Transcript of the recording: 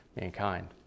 mankind